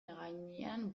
gainean